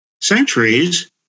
centuries